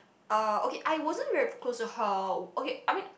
uh okay I wasn't very close to her okay I mean